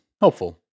helpful